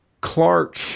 Clark